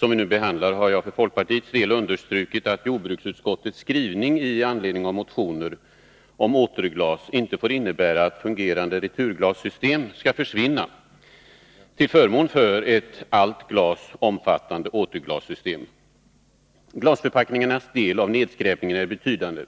vi nu behandlar har jag för folkpartiets del understrukit att jordbruksutskot tets skrivning i anledning av motioner om återglassystem inte får innebära att det fungerande returglassystemet skall försvinna till förmån för ett allt glas omfattande återglassystem. Glasförpackningarnas del av nedskräpningen är betydande.